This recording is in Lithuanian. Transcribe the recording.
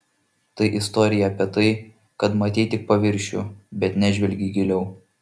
tai istorija apie tai kad matei tik paviršių bet nežvelgei giliau